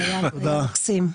נכון, היה מקסים.